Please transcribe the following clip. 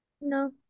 No